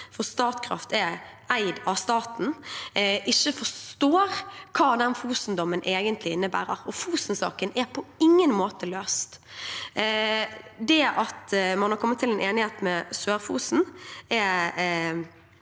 for Statkraft er eid av staten – ikke forstår hva Fosen-dommen egentlig innebærer, og Fosen-saken er på ingen måte løst. Det at man har kommet til en enighet med Sør-Fosen,